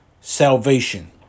Salvation